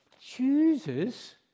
chooses